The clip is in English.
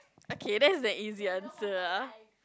okay that's an easy answer ah